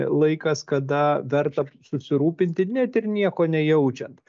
laikas kada verta susirūpinti net ir nieko nejaučiant